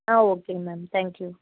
ஆ ஓகேங்க ma'am thank you